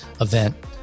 event